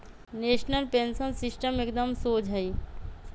national pension system एकदम शोझ हइ